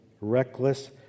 Reckless